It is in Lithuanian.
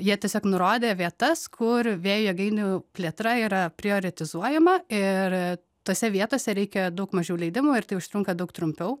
jie tiesiog nurodė vietas kur vėjo jėgainių plėtra yra prioretizuojama ir tuose vietose reikia daug mažiau leidimų ir tai užtrunka daug trumpiau